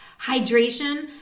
Hydration